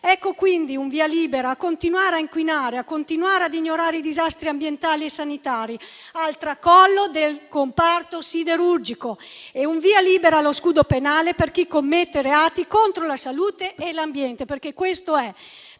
Ecco quindi un via libera a continuare a inquinare, ad ignorare i disastri ambientali e sanitari, al tracollo del comparto siderurgico, e un via libera allo scudo penale per chi commette reati contro la salute e l'ambiente, perché di questo si